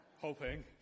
hoping